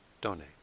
donate